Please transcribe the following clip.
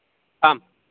आम्